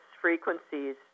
frequencies